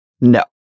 No